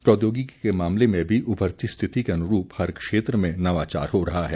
प्रौद्योगिकी के मामले में भी उभरती स्थिति के अनुरूप हर क्षेत्र में नवाचार हो रहा है